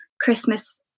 Christmas